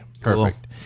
Perfect